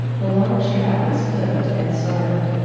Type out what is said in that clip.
the large trout was cooked and served.